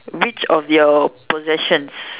which of your possessions